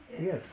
Yes